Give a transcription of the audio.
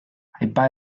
aipa